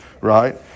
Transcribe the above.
right